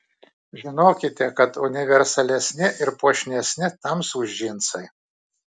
žinokite kad universalesni ir puošnesni tamsūs džinsai